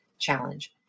challenge